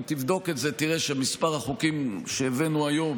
אם תבדוק את זה תראה שמספר החוקים שהבאנו היום